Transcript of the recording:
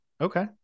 Okay